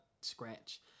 scratch